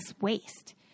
waste